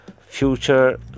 future